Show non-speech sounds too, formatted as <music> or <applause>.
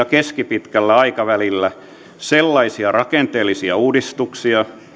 <unintelligible> keskipitkällä aikavälillä sellaisia rakenteellisia uudistuksia